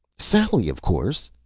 sally, of course,